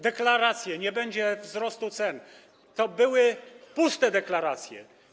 Deklaracje, że nie będzie wzrostu cen, to były puste deklaracje.